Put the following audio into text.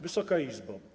Wysoka Izbo!